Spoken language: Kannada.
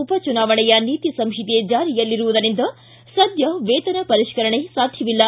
ಉಪಚುನಾವಣೆಯ ನೀತಿ ಸಂಹಿತೆ ಜಾರಿಯಲ್ಲಿರುವುದರಿಂದ ಸದ್ಯ ವೇತನ ಪರಿಷ್ಠರಣೆ ಸಾಧ್ಯವಿಲ್ಲ